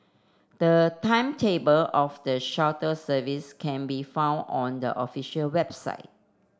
the timetable of the shuttle service can be found on the official website